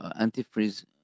antifreeze